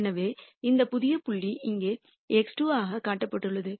எனவே இந்த புதிய புள்ளி இங்கே x2 ஆக காட்டப்பட்டுள்ளது